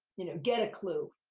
you know, get a clue.